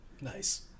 Nice